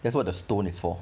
that's what the stone is for